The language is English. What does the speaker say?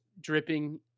dripping